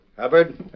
Hubbard